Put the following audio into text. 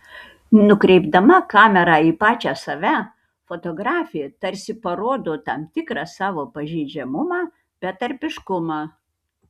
nukreipdama kamerą į pačią save fotografė tarsi parodo tam tikrą savo pažeidžiamumą betarpiškumą